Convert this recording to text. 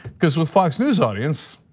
cuz with fox news audience,